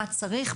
מה צריך,